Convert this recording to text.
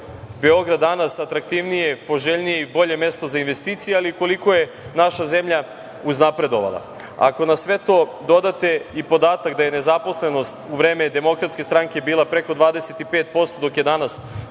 Beograd danas atraktivnije, poželjnije i bolje mesto za investicije, ali i koliko je naša zemlja uznapredovala. Ako na sve to dodate i podatak da je nezaposlenost u vreme DS bila preko 25%, dok je danas